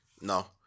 No